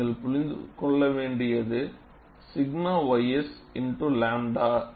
நீங்கள் புரிந்துகொள்ளக்கூடியது 𝛔 ys X 𝝺